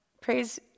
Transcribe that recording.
praise